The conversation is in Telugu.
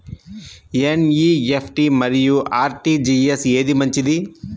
ఎన్.ఈ.ఎఫ్.టీ మరియు అర్.టీ.జీ.ఎస్ ఏది మంచిది?